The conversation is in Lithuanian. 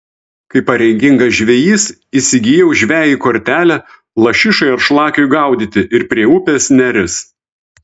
kaip pareigingas žvejys įsigijau žvejui kortelę lašišai ar šlakiui gaudyti ir prie upės neris